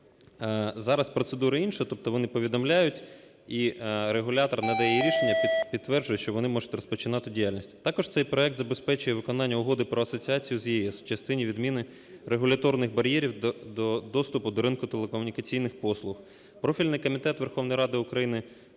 Зараз процедура інша, тобто вони повідомляють і регулятор надає рішення, підтверджує, що вони можуть розпочинати діяльність. Також цей проект забезпечує виконання Угоди про асоціацію з ЄС в частині відміни регуляторних бар'єрів доступу до ринку телекомунікаційних послуг профільний комітет Верховної Ради України